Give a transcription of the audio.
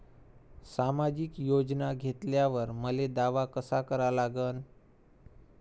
सामाजिक योजना घेतल्यावर मले दावा कसा करा लागन?